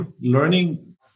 learning